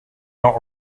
not